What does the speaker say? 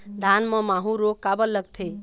धान म माहू रोग काबर लगथे?